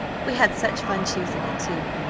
we had such fun choosing it, too.